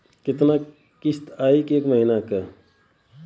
कितना किस्त आई एक महीना के?